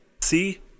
See